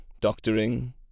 doctoring